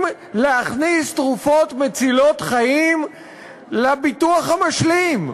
להכניס תרופות מצילות חיים לביטוח המשלים.